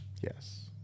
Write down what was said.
Yes